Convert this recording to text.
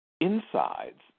insides